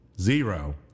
zero